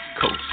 Coast